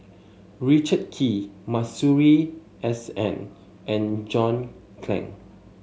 Richard Kee Masuri S N and John Clang